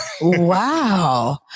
Wow